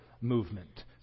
movement